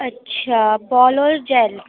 اچھا بال اور جیل